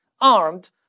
armed